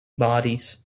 bodies